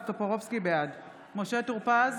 בעד משה טור פז,